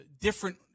different